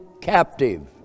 captive